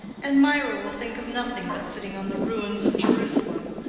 and mirah will think of nothing but sitting on the ruins of jerusalem.